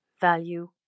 value